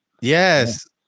Yes